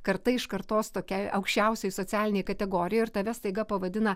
karta iš kartos tokiai aukščiausiai socialinėj kategorijoj ir tave staiga pavadina